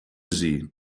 sie